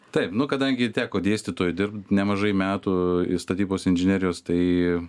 taip nu kadangi teko dėstytoju dirbt nemažai metų statybos inžinierijos tai